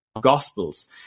gospels